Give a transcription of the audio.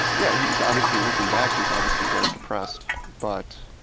yeah, he was obviously looking back, he was obviously very depressed. but,